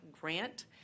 grant